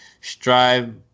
Strive